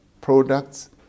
products